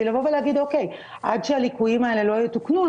לבוא ולומר שעד שהליקויים האלה לא יתוקנו,